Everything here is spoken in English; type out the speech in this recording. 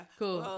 cool